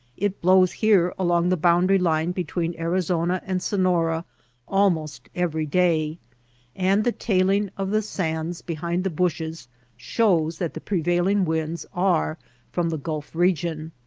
it blows here along the boundary line between arizona and sonora almost every day and the tailing of the sands behind the bushes shows that the prevailing winds are from the gulf region.